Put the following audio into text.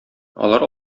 алар